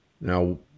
Now